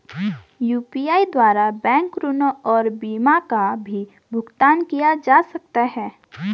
UPI द्वारा bank ऋण और बीमा का भी भुगतान किया जा सकता है?